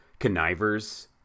connivers